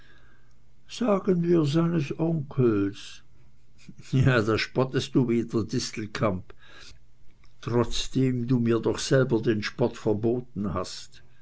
sagen wir seines onkels ja du spottest wieder distelkamp trotzdem du mir doch selber den spott verboten hast